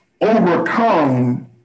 overcome